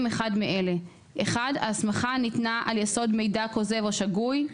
אחד מאלה: (1)ההסמכה ניתנה על יסוד מידע כוזב או שגוי,